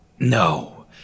No